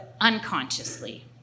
unconsciously